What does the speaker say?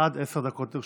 עד עשר דקות לרשותך,